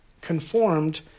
conformed